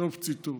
סוף ציטוט.